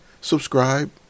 subscribe